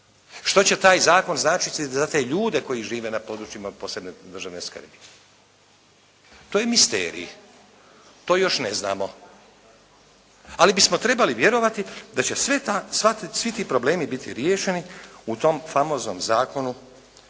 Što će taj zakon značiti za te ljude koji žive na područjima od posebne državne skrbi? To je misterij, to još ne znamo ali bismo trebali vjerovati da će svi ti problemi biti riješeni u tom famoznom Zakonu